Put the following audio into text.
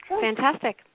Fantastic